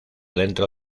dentro